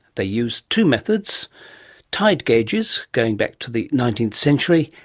they use two methods tide gauges going back to the nineteenth century,